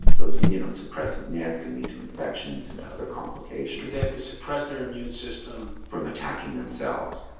those immunosuppressive meds can lead to infections and to other complications. because they have to suppress their immune system from attacking themselves.